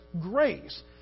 grace